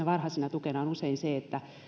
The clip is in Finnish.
varhaisena tukena on usein se että